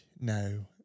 No